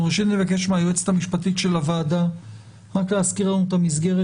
אנחנו נבקש מהיועצת המשפטית של הוועדה רק להזכיר לנו את המסגרת